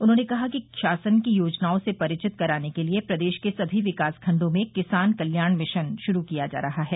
उन्होंने कहा कि शासन की योजनाओं से परचित कराने के लिए प्रदेश के सभी विकास खंडों में किसान कल्याण मिशन शुरू किया जा रहा है